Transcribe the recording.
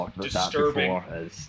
disturbing